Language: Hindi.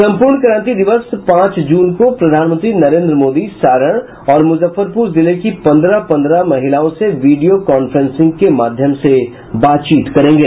संपूर्णक्रांति दिवस पांच जून को प्रधानमंत्री नरेंद्र मोदी सारण और मुजफ्फरपुर जिले की पंद्रह पंद्रह महिलाओं से वीडियो कॉफ्रेंसिंग के माध्यम से बात करेंगे